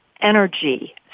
energy